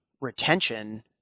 retention